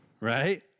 right